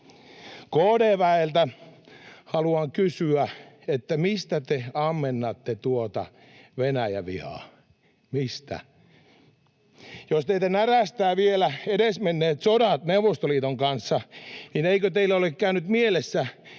KD-väeltä haluan kysyä: mistä te ammennatte tuota Venäjä-vihaa? Mistä? Jos teitä närästävät vielä edesmenneet sodat Neuvostoliiton kanssa, niin eikö teillä ole käynyt mielessä,